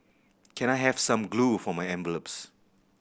can I have some glue for my envelopes